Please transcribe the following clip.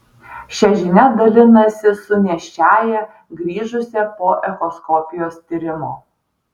šia žinia dalinasi su nėščiąja grįžusia po echoskopijos tyrimo